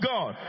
God